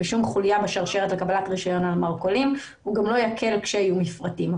בשום חוליה בשרשרת בקבלת רישיון למרכולים והוא גם לא יקל כשיהיו מפרטים.